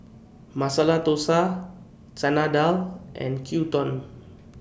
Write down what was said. Masala Dosa Chana Dal and Gyudon